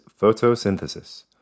photosynthesis